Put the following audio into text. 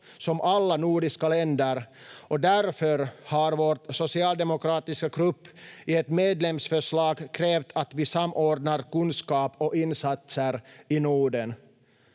som alla nordiska länder och därför har vår socialdemokratiska grupp i ett medlemsförslag krävt att vi samordnar kunskap och insatser i Norden.